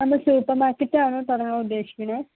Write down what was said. അത് സൂപ്പർമാർക്കെറ്റാണ് തുടങ്ങാൻ ഉദ്ദേശിക്കുന്നത്